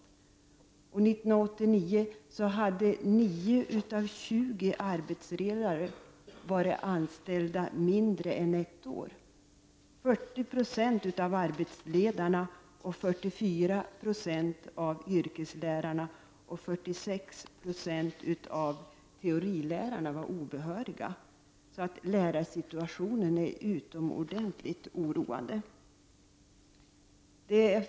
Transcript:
År 1989 hade 9 av 20 arbetsledare varit anställda mindre än ett år. 40 Je av arbetsledarna, 44 90 av yrkeslärarna och 46 90 av teorilärarna var obehöriga. Lärarsituationen är alltså utomordentligt oroande.